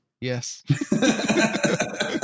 Yes